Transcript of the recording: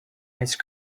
ice